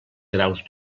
graus